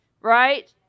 Right